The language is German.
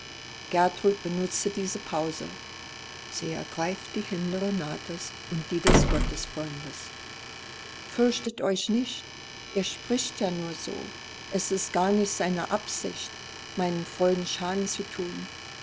gertrud benutzt diese pause sie ergreift die hände renatas und die des gottesfreundes fürchtet euch nicht er spricht ja nur so es ist gar nicht seine absicht meinen freunden schaden zu tun